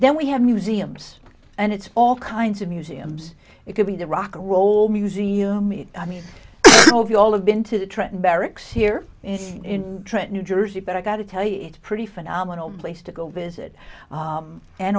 then we have museums and it's all kinds of museums it could be the rock'n'roll museum it i mean if you all have been to the trenton barracks here is in trenton new jersey but i got to tell you it's pretty phenomenal place to go visit